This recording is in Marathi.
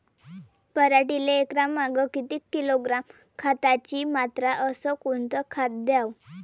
पराटीले एकरामागं किती किलोग्रॅम खताची मात्रा अस कोतं खात द्याव?